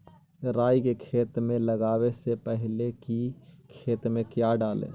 राई को खेत मे लगाबे से पहले कि खेत मे क्या डाले?